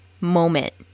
moment